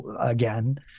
again